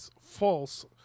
false